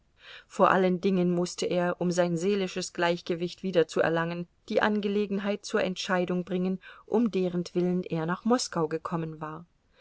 vor allen dingen mußte er um sein seelisches gleichgewicht wiederzuerlangen die angelegenheit zur entscheidung bringen um derentwillen er nach moskau gekommen war